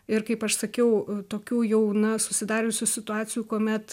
ir kaip aš sakiau tokių jau na susidariusių situacijų kuomet